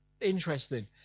interesting